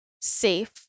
safe